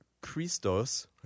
Christos